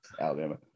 alabama